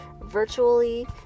virtually